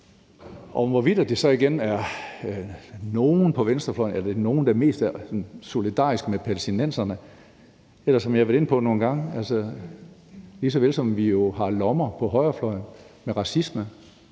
om, hvorvidt det så igen er nogle på venstrefløjen, der mest er solidariske med palæstinenserne, vil jeg sige, som jeg har været inde på nogle gange, at vi jo også har lommer på højrefløjen med racisme,